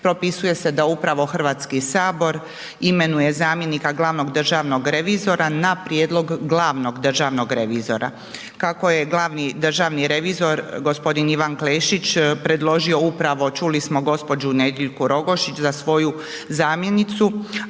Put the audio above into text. propisuje se da upravo Hrvatski sabor imenuje zamjenika glavnog državnog revizora na prijedlog glavnog državnog revizora. Kako je glavni državni revizor gospodin Ivan Klešić predložio upravo, čuli smo gđu. Nediljku Rogošić za svoju zamjenicu